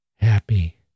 Happy